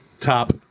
top